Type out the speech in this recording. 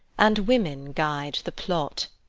and women guide the plot.